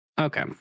Okay